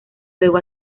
luego